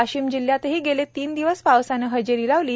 वाशिम जिल्ह्यत गेले तीन दिवस पावसाने हजेरि लावली